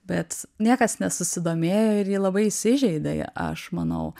bet niekas nesusidomėjo ir ji labai įsižeidė aš manau